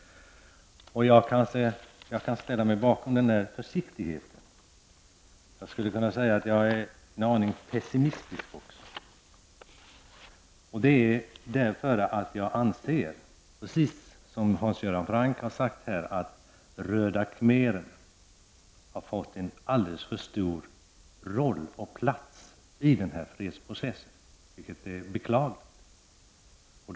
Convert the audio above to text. Jag kan ställa mig bakom den försiktigheten. Jag är också en aning pessimistisk. Jag anser, precis som Hans Göran Franck har sagt, att röda khmererna har fått en alldeles för stor roll i fredsprocessen, vilket är beklagligt.